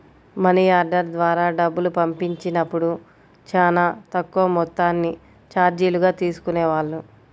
money order ద్వారా డబ్బులు పంపించినప్పుడు చానా తక్కువ మొత్తాన్ని చార్జీలుగా తీసుకునేవాళ్ళు